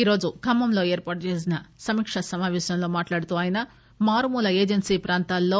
ఈరోజు ఖమ్మంలో ఏర్పాటు చేసిన సమీకా సమాపేశంలో ఆయన మాట్లాడుతూ మారుమూల ఏజెన్సీ ప్రాంతాల్లో